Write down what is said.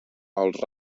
els